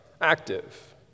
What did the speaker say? active